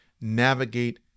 navigate